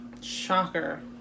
shocker